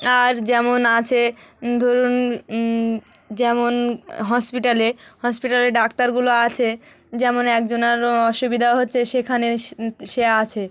আর যেমন আছে ধরুন যেমন হসপিটালে হসপিটালে ডাক্তারগুলো আছে যেমন একজনের অসুবিধা হচ্ছে সেখানে সে আছে